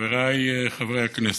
חבריי חברי הכנסת,